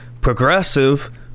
progressive